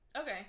okay